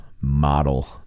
model